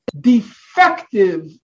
defective